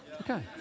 Okay